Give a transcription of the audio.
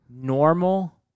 Normal